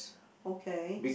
okay